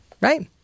Right